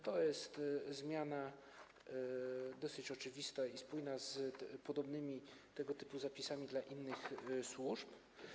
To jest zmiana dosyć oczywista i spójna z podobnymi tego typu zapisami dla innych służb.